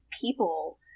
people